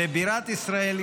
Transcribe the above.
לבירת ישראל,